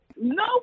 No